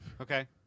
Okay